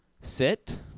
sit